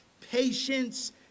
Patience